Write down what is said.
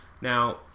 Now